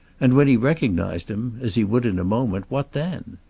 and when he recognized him, as he would in a moment, what then?